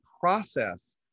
process